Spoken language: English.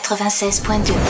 96.2